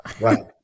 Right